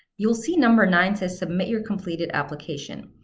you'll see number nine says, submit your completed application.